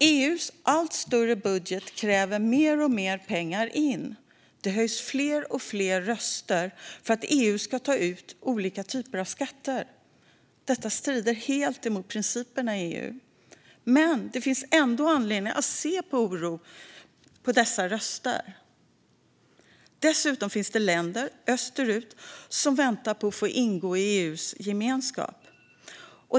EU:s allt större budget kräver mer och mer pengar in. Det höjs fler och fler röster för att EU ska ta ut olika typer av skatter. Detta strider helt mot principerna i EU, men det finns ändå anledning att se med oro på dessa röster. Dessutom finns det länder österut som väntar på att få ingå i EU:s gemenskap.